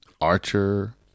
archer